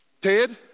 Ted